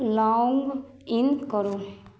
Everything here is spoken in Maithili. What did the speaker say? लॉंग इन करू